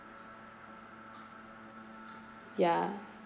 ya